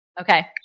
okay